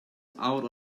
out